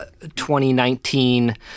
2019